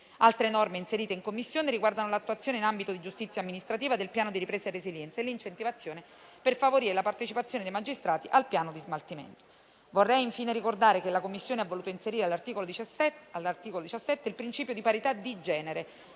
Altre norme inserite in Commissione riguardano l'attuazione in ambito di giustizia amministrativa del Piano di ripresa e resilienza e l'incentivazione per favorire la partecipazione dei magistrati al piano di smaltimento. Vorrei infine ricordare che la Commissione ha voluto inserire all'articolo 17 quello di parità genere